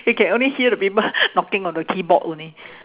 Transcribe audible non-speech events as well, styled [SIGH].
you can only hear the people [LAUGHS] knocking on the keyboard only